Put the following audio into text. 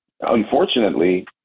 unfortunately